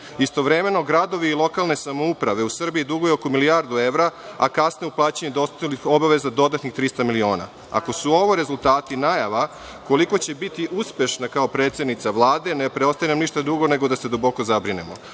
Istovremeno, gradovi i lokalne samouprave u Srbiji duguju oko milijardu evra, a kasne u plaćanju dospelih obaveza, dodatnih 300 miliona. Ako su ovo rezultati najava koliko će biti uspešna kao predsednica Vlade, ne preostaje nam ništa drugo nego da se duboko zabrinemo. Jedan